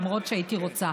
למרות שהייתי רוצה,